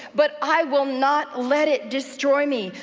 but i will not let it destroy me.